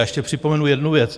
A ještě připomenu jednu věc.